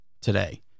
today